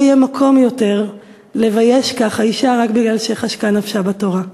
לא יהיה מקום יותר לבייש ככה אישה רק בגלל שחשקה נפשה בתורה.